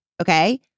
Okay